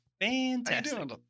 fantastic